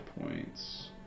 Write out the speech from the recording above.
points